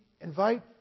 Invite